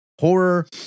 horror